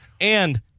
And-